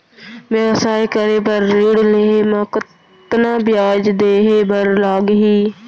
व्यवसाय करे बर ऋण लेहे म कतना ब्याज देहे बर लागही?